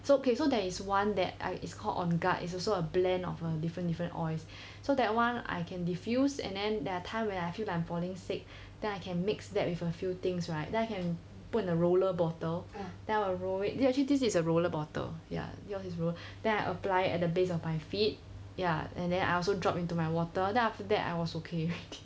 so okay so that is one that I it's called on guard is also a blend of a different different oils so that [one] I can diffuse and then there are time when I feel like I'm falling sick then I can mix that with a few things right then I can put in a roller bottle then I will roll it then actually this is a roller bottle ya yours is roll then I apply at the base of my feet ya and then I also drop into my water then after that I was okay already